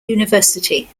university